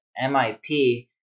MIP